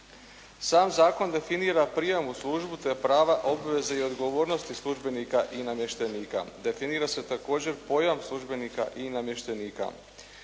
Sam zakon definira prijam u službu te prava, obveze i odgovornosti službenika i namještenika. Definira se također pojam službenika i namještenika.